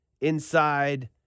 inside